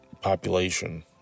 population